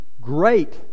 great